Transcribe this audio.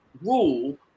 rule